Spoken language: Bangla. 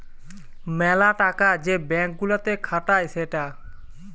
মেলা টাকা যে ব্যাঙ্ক গুলাতে খাটায় সেটা